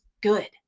good